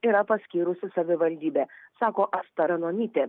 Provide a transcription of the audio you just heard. yra paskyrusi savivaldybė sako asta ranonytė